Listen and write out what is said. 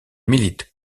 milite